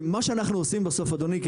כי מה שאנחנו עושים בסוף אדוני,